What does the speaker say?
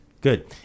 good